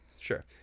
Sure